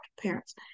parents